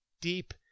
deep